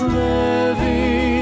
living